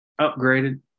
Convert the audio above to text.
upgraded